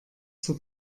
zur